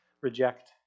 reject